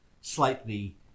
slightly